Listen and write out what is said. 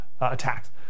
attacks